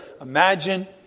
imagine